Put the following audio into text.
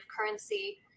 currency